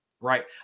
Right